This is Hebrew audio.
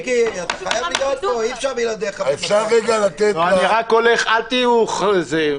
אי אפשר לקחת דבר שברור שהוא בעייתי מבחינה אפידמיולוגית כמו התקהלויות,